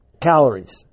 calories